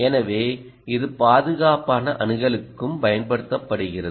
எனவே இது பாதுகாப்பான அணுகலுக்கும் பயன்படுத்தப்படுகிறது